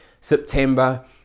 September